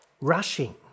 Rushing